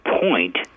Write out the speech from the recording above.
point